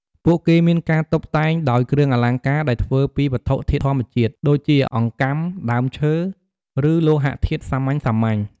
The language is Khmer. ពួកគេមានការតុបតែងដោយ គ្រឿងអលង្ការ ដែលធ្វើពី វត្ថុធាតុធម្មជាតិ ដូចជា អង្កាំ ដើមឈើ ឬលោហធាតុសាមញ្ញៗ។